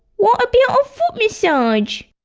what about a foot massage?